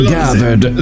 gathered